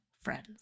friends